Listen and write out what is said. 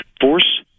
Force